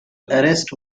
arrest